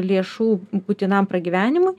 lėšų būtinam pragyvenimui